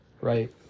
Right